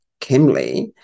Kimley